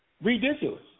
ridiculous